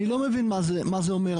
אני לא מבין מה זה אומר,